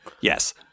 Yes